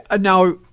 now